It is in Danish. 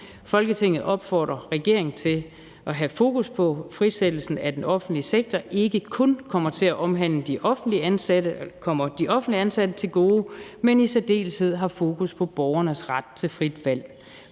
Folketinget opfordrer regeringen til at have fokus på, at frisættelsen af den offentlige sektor ikke kun kommer de offentligt ansatte til gode, men i særdeleshed har fokus på borgernes ret til frit valg.